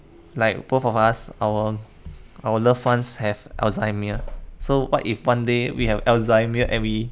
like both of us our our loved [ones] have alzheimer's so what if one day we have alzheimer's and we